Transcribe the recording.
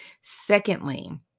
secondly